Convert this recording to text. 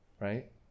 right